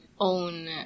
own